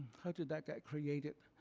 how did that get created?